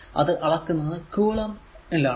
അത് അളക്കുന്നത് കുളം ൽ ആണ്